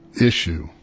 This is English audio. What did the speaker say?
issue